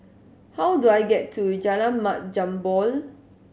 how do I get to Jalan Mat Jambol